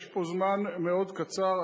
יש פה זמן מאוד קצר.